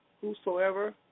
Whosoever